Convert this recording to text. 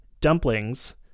dumplings